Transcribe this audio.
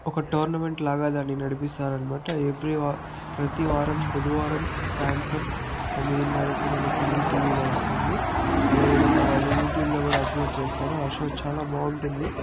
ఒక టోర్నమెంట్ లాగా దాన్ని నడిపిస్తారన్నమాట ఎవరీ వా ప్రతి వారం బుధవారం సాయంత్రం తొమ్మిదిన్నరకు మనకి ఈటీవీలో వస్తుంది అదేవిధంగా వాళ్ళు యూట్యూబ్లో కూడా అప్లోడ్ చేస్తారు ఆ షో చాలా బాగుంటుంది